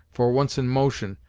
for once in motion,